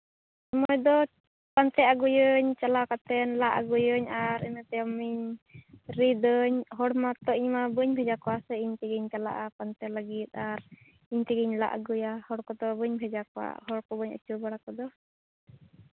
ᱥᱚᱢᱚᱭ ᱫᱚ ᱯᱟᱱᱛᱮ ᱟᱹᱜᱩᱭᱟᱹᱧ ᱪᱟᱞᱟᱣ ᱠᱟᱛᱮ ᱞᱟ ᱟᱹᱜᱩᱭᱟᱹᱧ ᱟᱨ ᱤᱱᱟᱹ ᱛᱟᱭᱚᱢᱤᱧ ᱨᱤᱫ ᱟᱹᱧ ᱦᱚᱲ ᱢᱟᱛᱚ ᱤᱧ ᱢᱟ ᱵᱟᱹᱧ ᱵᱷᱮᱡᱟ ᱠᱚᱣᱟ ᱥᱮ ᱤᱧ ᱛᱮᱜᱮᱧ ᱪᱟᱞᱟᱜᱼᱟ ᱯᱟᱱᱛᱮ ᱞᱟᱹᱜᱤᱫ ᱟᱨ ᱤᱧ ᱛᱮᱜᱤᱧ ᱞᱟ ᱟᱹᱜᱩᱭᱟ ᱦᱚᱲ ᱠᱚᱫᱚ ᱵᱟᱹᱧ ᱵᱷᱮᱡᱟ ᱠᱚᱣᱟ ᱦᱚᱲ ᱠᱚ ᱵᱟᱹᱧ ᱟᱹᱪᱩ ᱵᱟᱲᱟ ᱠᱚᱫᱚ